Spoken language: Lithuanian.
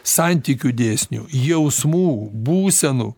santykių dėsnių jausmų būsenų